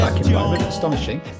Astonishing